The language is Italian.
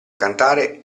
cantare